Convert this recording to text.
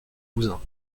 cousins